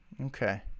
Okay